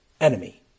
enemy